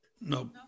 No